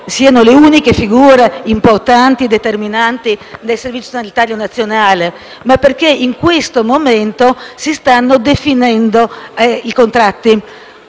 siano le uniche figure importanti e determinanti del Servizio sanitario nazionale, ma perché in questo momento si stanno definendo i contratti.